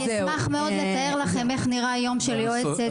אני אשמח מאוד לתאר לכם איך נראה יום של יועצת בתיכון.